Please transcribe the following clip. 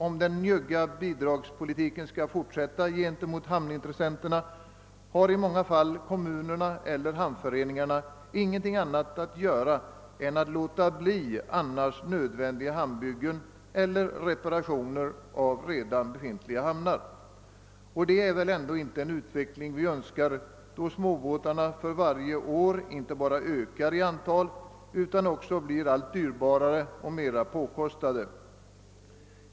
Om den njugga bidragspolitiken gentemot hamnintressenterna fortsätter har kommunerna eller hamnföreningarna i många fall ingenting annat att göra än att avstå från annars nödvändiga hamnbyggen eller reparationer av befintliga hamnar. Och det är väl inte en utveckling som vi önskar få, då småbåtarna för varje år inte bara ökar i antal utan också blir allt dyrbarare och mer påkostade.